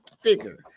figure